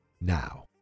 now